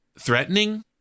threatening